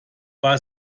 war